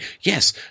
Yes